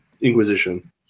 Inquisition